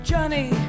Johnny